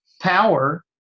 power